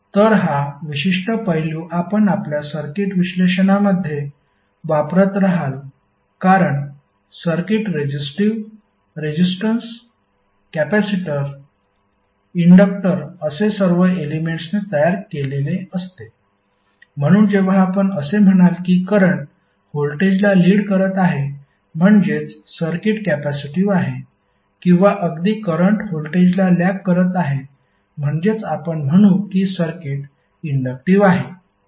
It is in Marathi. तर हा विशिष्ट पैलू आपण आपल्या सर्किट विश्लेषणामध्ये वापरत रहाल कारण circuit resistive resistance capacitor inductor असे सर्व एलेमेंट्सनी तयार केलेले असते म्हणून जेव्हा आपण असे म्हणाल की करंट व्होल्टेजला लीड करत आहे म्हणजेच सर्किट कॅपेसिटीव्ह आहे किंवा अगदी करंट व्होल्टेजला लॅग करत आहे म्हणजेच आपण म्हणू की सर्किट इंडक्टिव्ह आहे